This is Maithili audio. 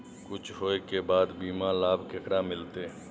कुछ होय के बाद बीमा लाभ केकरा मिलते?